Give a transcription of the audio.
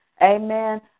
Amen